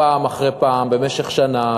פעם אחר פעם במשך שנה,